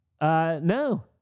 No